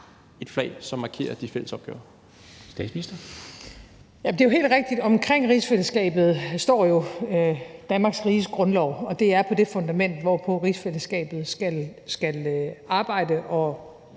Statsministeren (Mette Frederiksen): Det er jo helt rigtigt, at omkring rigsfællesskabet står Danmarks Riges Grundlov, og det er på det fundament, hvor rigsfællesskabet skal arbejde og